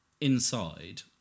inside